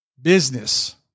Business